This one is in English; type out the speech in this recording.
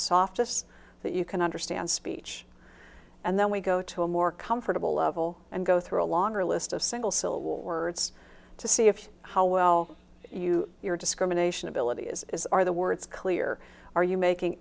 softest that you can understand speech and then we go to a more comfortable level and go through a longer list of single syllable words to see if how well you your discrimination ability is are the words clear are you making